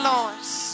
Lords